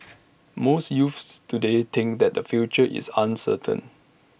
most youths today think that their future is uncertain